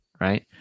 right